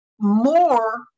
More